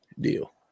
deal